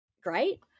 great